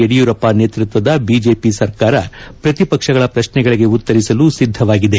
ಯಡಿಯೂರಪ್ಪ ನೇತೃತ್ವದ ಬಿಜೆಪಿ ಸರ್ಕಾರ ಪ್ರತಿಪಕ್ಷಗಳ ಪ್ರಶ್ನೆಗಳಿಗೆ ಉತ್ತರಿಸಲು ಸಿದ್ದವಾಗಿದೆ